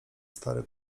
stary